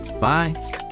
Bye